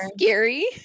scary